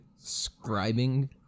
scribing